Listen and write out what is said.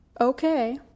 Okay